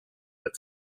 als